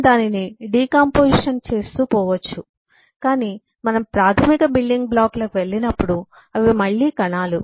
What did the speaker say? మనం దానిని డికాంపొజిషన్ చేస్తూ పోవచ్చు కాని మనం ప్రాథమిక బిల్డింగ్ బ్లాక్లకు వెళ్ళినప్పుడు అవి మళ్ళీ కణాలు